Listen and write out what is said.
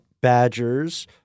badgers